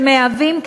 שמהווים,